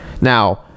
now